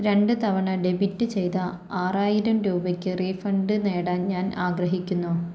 രണ്ട് തവണ ഡെബിറ്റ് ചെയ്ത ആറായിരം രൂപയ്ക്ക് റീഫണ്ട് നേടാൻ ഞാൻ ആഗ്രഹിക്കുന്നു